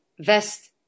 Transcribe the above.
vest